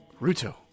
Ruto